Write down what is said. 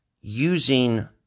using